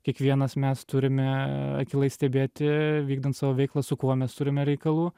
kiekvienas mes turime akylai stebėti vykdant savo veiklą su kuo mes turime reikalų